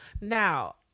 Now